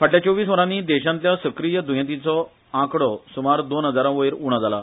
फाटल्या चोवीस वरांनी देशांतल्या सक्रिय द्येंतीचो आंकडो दोन हजारावयर उणो जाला